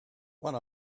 one